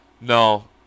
No